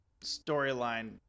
storyline